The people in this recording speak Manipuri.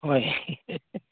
ꯍꯣꯏ